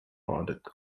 audit